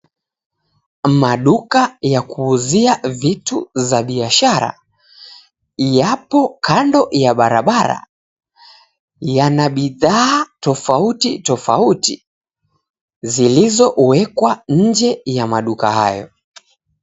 Maduka ya kuuzia vitu za biashara yapo kando ya barabara, yana bidhaa tofauti tofauti zilizowekwa nje ya maduka hayo.